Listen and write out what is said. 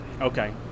Okay